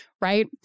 right